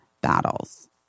battles